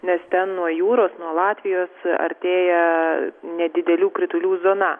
nes ten nuo jūros nuo latvijos artėja nedidelių kritulių zona